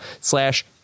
slash